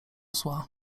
zła